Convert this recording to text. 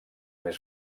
més